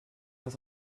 das